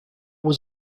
was